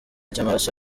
cy’amaraso